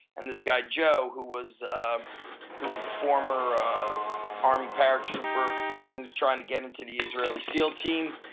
and this guy joe who was who was a former army paratrooper. he was trying to get into the israeli seal team.